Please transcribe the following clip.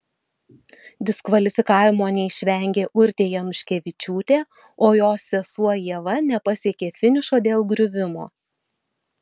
diskvalifikavimo neišvengė urtė januškevičiūtė o jos sesuo ieva nepasiekė finišo dėl griuvimo